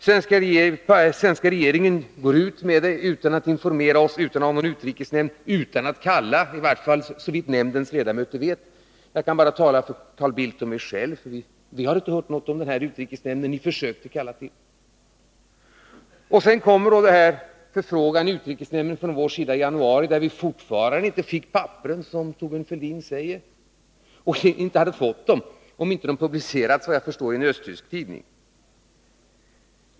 Den svenska regeringen går därefter ut med förslaget utan att informera oss Övriga partiledare och utan att kalla till ett sammanträde i utrikesnämnden. Jag kan i och för sig bara tala för Carl Bildt och mig själv, men i varje fall vi har inte hört talas om något sådant sammanträde. Så följer då vår förfrågan i utrikesnämnden i januari, men inte ens vid det tillfället fick vi, som Thorbjörn Fälldin sade, några handlingar. Inte heller hade vi fått ta del av dem, om de inte hade publicerats i en östtysk tidning.